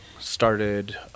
started